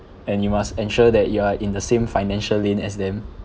and you must ensure that you are in the same financial lane as them